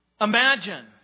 Imagine